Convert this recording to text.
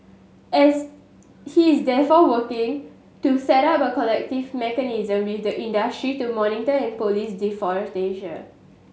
as he is therefore working to set up a collective mechanism with the industry to monitor and police deforestation